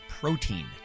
protein